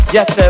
Yes